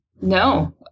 no